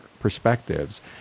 perspectives